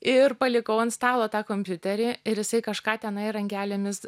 ir palikau ant stalo tą kompiuterį ir jisai kažką tenai rankelėmis